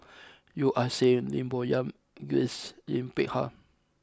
Yeo Ah Seng Lim Bo Yam and Grace Yin Peck Ha